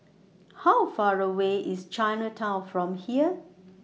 How Far away IS Chinatown from here